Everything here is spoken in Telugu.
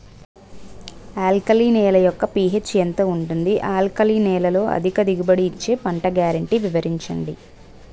ఆల్కలి నేల యెక్క పీ.హెచ్ ఎంత ఉంటుంది? ఆల్కలి నేలలో అధిక దిగుబడి ఇచ్చే పంట గ్యారంటీ వివరించండి?